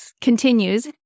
continues